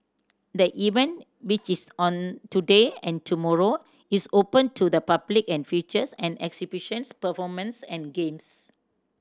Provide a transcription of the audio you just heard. the event which is on today and tomorrow is open to the public and features an exhibitions performances and games